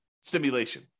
simulation